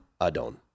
adon